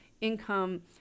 income